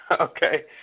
okay